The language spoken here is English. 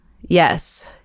Yes